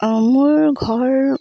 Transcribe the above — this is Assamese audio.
মোৰ ঘৰ